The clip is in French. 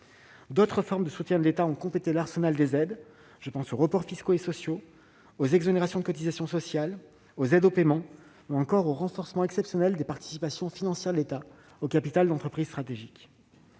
D'autres formes de soutien de l'État ont complété l'arsenal des aides, comme les reports fiscaux et sociaux, les exonérations de cotisations sociales, les aides au paiement ou encore le renforcement exceptionnel des participations financières de l'État au capital d'entreprises stratégiques.